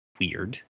weird